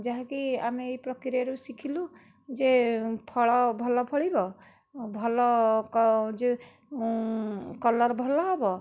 ଯାହାକି ଆମେ ଏହି ପକ୍ରିୟାରୁ ଶିଖିଲୁ ଯେ ଫଳ ଭଲ ଫଳିବ ଭଲ କ ଯେ କଲର ଭଲ ହେବ